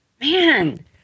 man